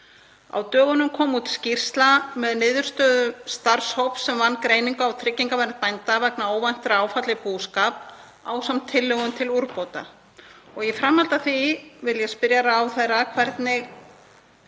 Á dögunum kom út skýrsla með niðurstöðu starfshóps sem vann greiningu á tryggingavernd bænda vegna óvæntra áfalla í búskap ásamt tillögum til úrbóta. Í framhaldi af því vil ég spyrja hæstv. ráðherra hvernig